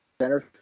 center